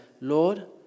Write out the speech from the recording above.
Lord